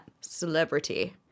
celebrity